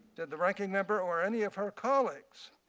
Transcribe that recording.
the ranking member or any of her colleagues